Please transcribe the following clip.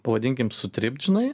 pavadinkim sutrypt žinai